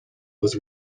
was